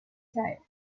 time